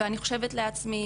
ואני חושבת לעצמי